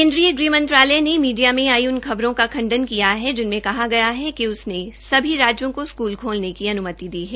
केन्द्रीय गृह मंत्रालय ने मीडिया में आई उन खबरों का खंडन किया है कि जिनमें कहा गया है कि सभी राज्यों को स्क्ल खोलने की अनुमति दी है